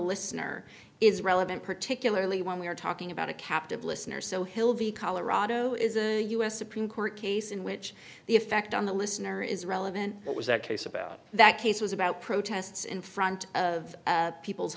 listener is relevant particularly when we're talking about a captive listener so hill v colorado is a us supreme court case in which the effect on the listener is relevant what was that case about that case was about protests in front of people's